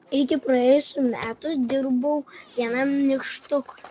iki praėjusių metų dirbau vienam nykštukui